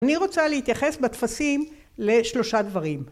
אני רוצה להתייחס בטפסים לשלושה דברים